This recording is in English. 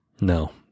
No